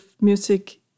music